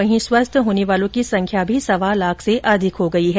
वहीं स्वस्थ होने वालों की संख्या भी सवा लाख से अधिक हो गई है